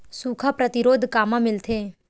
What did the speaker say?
सुखा प्रतिरोध कामा मिलथे?